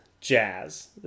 jazz